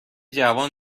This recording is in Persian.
جوان